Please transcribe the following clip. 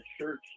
church